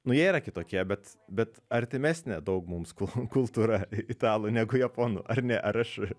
nu jie yra kitokie bet bet artimesnė daug mums kul kultūra italų negu japonų ar ne ar aš